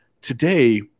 today